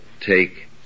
take